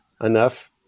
enough